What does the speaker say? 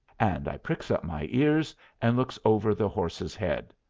and i pricks up my ears and looks over the horse's head.